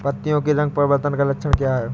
पत्तियों के रंग परिवर्तन का लक्षण क्या है?